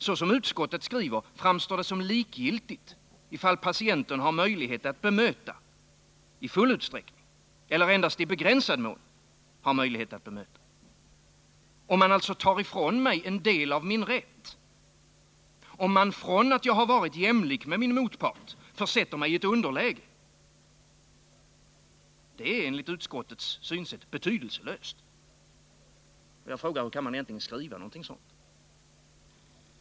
Såsom utskottet skriver framstår det som likgiltigt om patienten i full utsträckning har möjlighet att bemöta eller endast i begränsad mån har möjlighet att bemöta. Om man alltså tar ifrån mig en del av min rätt, om man från att jag varit jämlik med min motpart försätter migi ett underläge — det är enligt utskottet betydelselöst. Jag frågar: Hur kan man egentligen skriva någonting sådant?